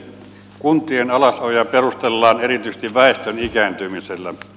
kuntien alasajoja perustellaan erityisesti väestön ikääntymisellä